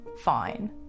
Fine